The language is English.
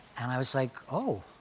and i was like, oh,